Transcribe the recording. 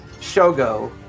Shogo